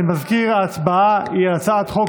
אני מזכיר: ההצבעה היא על הצעת חוק